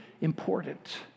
important